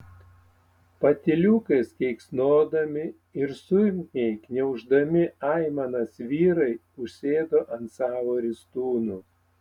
patyliukais keiksnodami ir sunkiai gniauždami aimanas vyrai užsėdo ant savo ristūnų